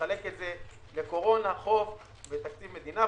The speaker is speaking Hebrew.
מחלק את זה לקורונה, חוב ותקציב המדינה.